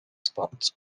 spot